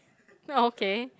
okay